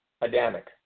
Adamic